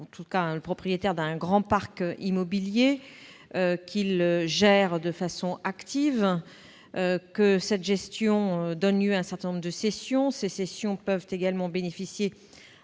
des armées est propriétaire d'un grand parc immobilier, qu'il gère de façon active, ce qui donne lieu à un certain nombre de cessions. Ces cessions peuvent bénéficier